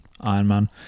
Ironman